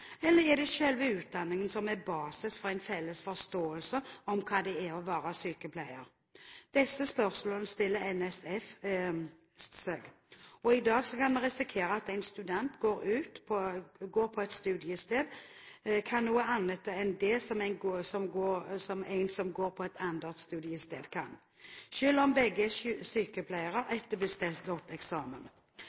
Eller er det selve utdanningen som er basis for en felles forståelse av hva det er å være sykepleier? Disse spørsmålene stiller Norsk Sykepleierforbund, NSF, seg. I dag kan vi risikere at en student som går på ett studiested, kan noe annet enn en som går på et annet studiested, selv om begge er sykepleiere etter bestått eksamen. Med bakgrunn i